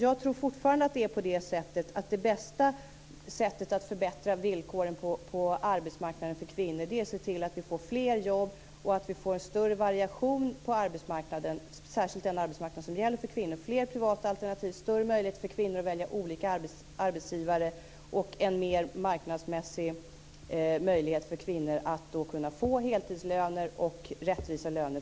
Jag tror fortfarande att det bästa sättet att förbättra villkoren på arbetsmarknaden för kvinnor är att se till att vi får fler jobb och att vi får en större variation på arbetsmarknaden, särskilt den arbetsmarknad som gäller för kvinnor: fler privata alternativ, större möjlighet för kvinnor att välja olika arbetsgivare och en mer marknadsmässig möjlighet för kvinnor att få heltidslöner och rättvisa löner